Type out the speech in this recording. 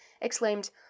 exclaimed